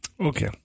Okay